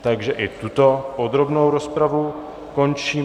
Takže i tuto podrobnou rozpravu končím.